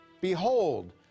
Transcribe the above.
Behold